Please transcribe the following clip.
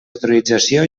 autorització